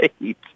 Right